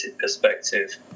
perspective